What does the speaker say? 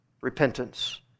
Repentance